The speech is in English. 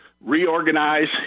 reorganize